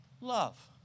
love